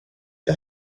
jag